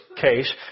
case